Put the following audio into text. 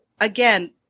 again